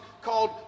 called